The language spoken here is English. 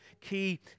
key